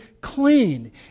clean